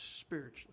spiritually